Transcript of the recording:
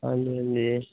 ਹਾਂਜੀ ਹਾਂਜੀ